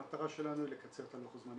המטרה שלנו היא לקצר את לוח הזמנים